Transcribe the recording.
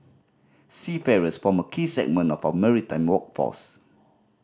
seafarers form a key segment of our maritime workforce